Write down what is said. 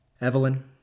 Evelyn